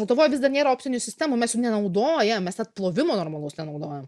lietuvoj vis dar nėra optinių sistemų mes jų nenaudojam mes net plovimo normalaus nenaudojam